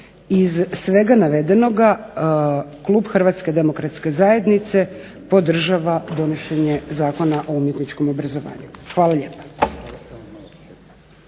Iz svega navedenoga klub HDZ-a podržava donošenje Zakona o umjetničkom obrazovanju. Hvala lijepa.